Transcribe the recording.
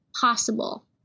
possible